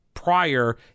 prior